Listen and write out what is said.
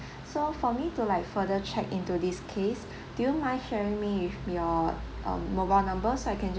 so for me to like further check into this case do you mind sharing me with your um mobile number so I can just